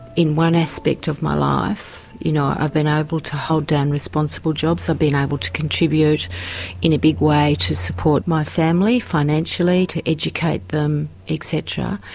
in one aspect of my life you know i've been able to hold down responsible jobs, i've been able to contribute in a big way to support my family financially, to educate them etc,